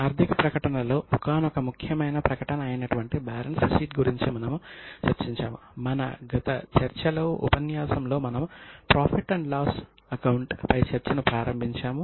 ఆర్థిక ప్రకటనలలో ఒకానొక ముఖ్యమైన ప్రకటన అయినటువంటి బ్యాలెన్స్ షీట్ పై చర్చను ప్రారంభించాము